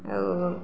ଆଉ